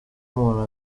umuntu